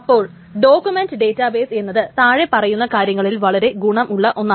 അപ്പോൾ document data base എന്നത് താഴെ പറയുന്ന കാര്യങ്ങളിൽ വളരെ ഗുണം ഉള്ള ഒന്നാണ്